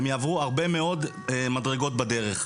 הם יעברו הרבה מאוד מדרגות בדרך.